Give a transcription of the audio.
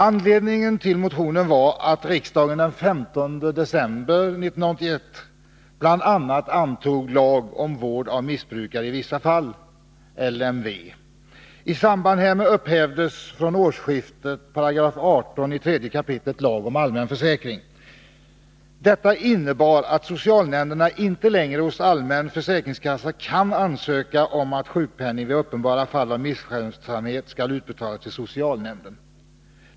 Anledningen till motionen var att riksdagen den 15 december 1981 bl.a. antog lag om vård av missbrukare i vissa fall, LVM. I samband härmed upphävdes från årsskiftet 18 § 3 kap. lagen om allmän försäkring. Detta innebär att socialnämnderna inte längre hos allmän försäkringskassa kan ansöka om att sjukpenning vid uppenbara fall av misskötsamhet skall utbetalas till socialnämnd.